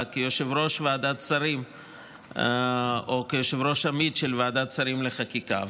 כיושב-ראש ועדת שרים או כיושב-ראש עמית של ועדת שרים לחקיקה.